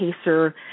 PACER